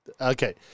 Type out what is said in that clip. Okay